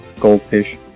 goldfish